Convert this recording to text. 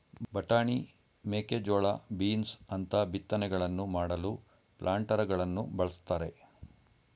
ಬಟಾಣಿ, ಮೇಕೆಜೋಳ, ಬೀನ್ಸ್ ಅಂತ ಬಿತ್ತನೆಗಳನ್ನು ಮಾಡಲು ಪ್ಲಾಂಟರಗಳನ್ನು ಬಳ್ಸತ್ತರೆ